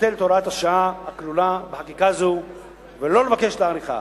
ולבטל את הוראת השעה הכלולה בחקיקה זו ולא לבקש להאריכה.